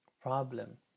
problem